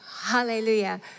Hallelujah